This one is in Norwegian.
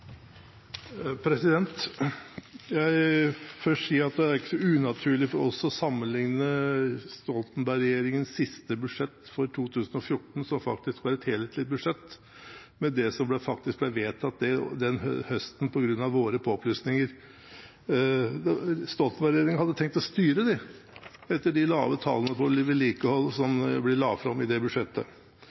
unaturlig for oss å sammenligne Stoltenberg-regjeringens siste budsjett for 2014, som faktisk var et helhetlig budsjett, med det som faktisk ble vedtatt den høsten på grunn av våre påplussinger. Stoltenberg-regjeringen hadde tenkt å styre etter de lave tallene på vedlikehold som de la fram i det budsjettet.